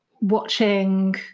watching